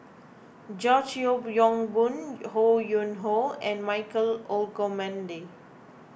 George Yeo Yong Boon Ho Yuen Hoe and Michael Olcomendy